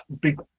big